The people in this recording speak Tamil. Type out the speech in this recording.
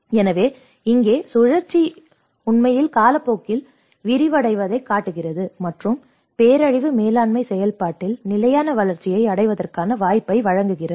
எனவே இங்கே சுழற்சி உண்மையில் காலப்போக்கில் விரிவடைவதைக் காட்டுகிறது மற்றும் பேரழிவு மேலாண்மை செயல்பாட்டில் நிலையான வளர்ச்சியை அடைவதற்கான வாய்ப்பை வழங்குகிறது